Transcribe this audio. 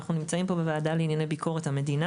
אנחנו נמצאים בוועדה לענייני ביקורת המדינה